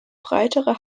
breitere